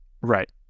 Right